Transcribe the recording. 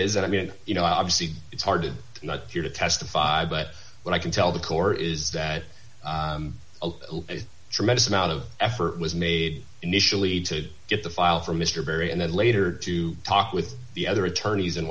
is that i mean you know obviously it's hard not here to testify but what i can tell the corps is that a tremendous amount of effort was made initially to get the file from mr barry and then later to talk with the other attorneys in